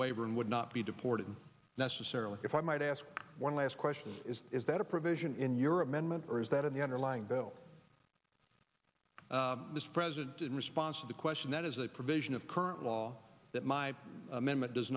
waiver and would not be deported necessarily if i might ask one last question is is that a provision in your amendment or is that in the underlying bill this president in response to the question that is a provision of current law that my amendment does